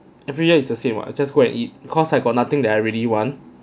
every year it's the same what just go and eat cause I got nothing that I really want